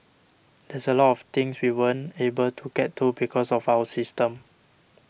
there's a lot of things we weren't able to get to because of our system